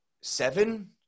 seven